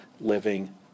living